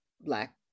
Black